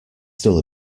still